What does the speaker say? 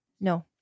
No